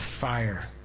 fire